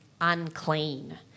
unclean